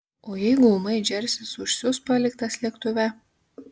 o jeigu ūmai džersis užsius paliktas lėktuve